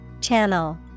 Channel